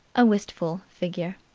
a wistful figure.